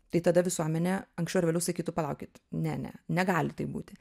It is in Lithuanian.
tai tada visuomenė anksčiau ar vėliau sakytų palaukit ne ne negali taip būti